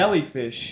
jellyfish